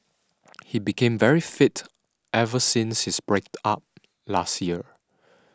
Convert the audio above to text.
he became very fit ever since his break up last year